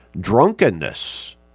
drunkenness